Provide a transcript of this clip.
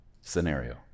scenario